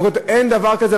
אין דבר כזה,